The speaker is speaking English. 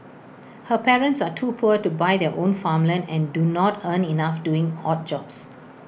her parents are too poor to buy their own farmland and do not earn enough doing odd jobs